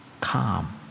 calm